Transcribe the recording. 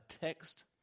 text